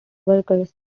workers